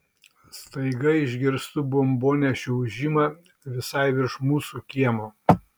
staiga išgirstu bombonešių ūžimą visai virš mūsų kiemo